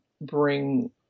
bring